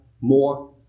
more